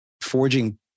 forging